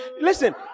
listen